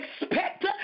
expect